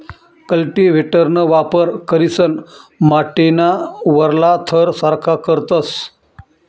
कल्टीव्हेटरना वापर करीसन माटीना वरला थर सारखा करतस